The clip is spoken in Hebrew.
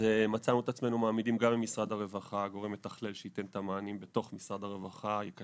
לכן מצאנו את עצמנו מעמידים גורם מתכלל ממשרד הרווחה שייתן את המענים,